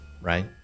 right